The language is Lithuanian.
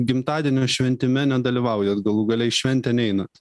gimtadienio šventime nedalyvaujat galų gale į šventę neinat